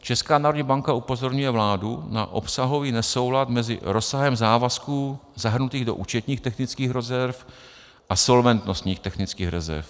Česká národní banka upozorňuje vládu na obsahový nesoulad mezi rozsahem závazků zahrnutých do účetních technických rezerv a solventnostních technických rezerv.